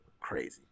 crazy